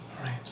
right